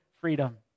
freedom